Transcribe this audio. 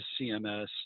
CMS